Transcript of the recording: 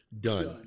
Done